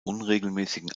unregelmäßigen